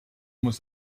muss